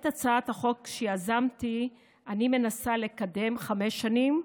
את הצעת החוק שיזמתי אני מנסה לקדם חמש שנים,